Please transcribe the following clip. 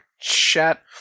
chat